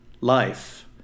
life